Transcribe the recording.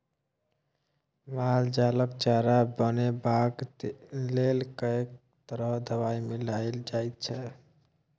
माल जालक चारा बनेबाक लेल कैक तरह दवाई मिलाएल जाइत छै